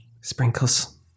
Sprinkles